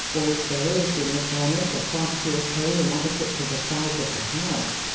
or if there is in the furnace a quantity of coal inadequate to the size of the house,